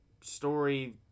story